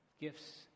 gifts